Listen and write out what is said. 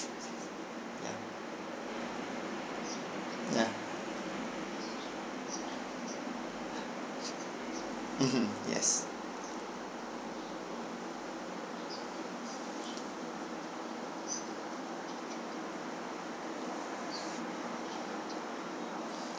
ya ya mmhmm yes